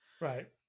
right